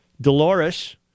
Dolores